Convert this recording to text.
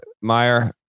Meyer